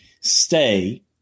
stay